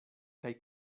kaj